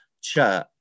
church